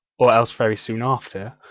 or else very soon after,